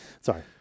Sorry